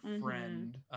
friend